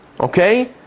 Okay